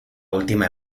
última